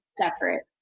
separate